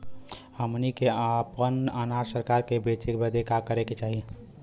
हमनी के आपन अनाज सरकार के बेचे बदे का करे के चाही?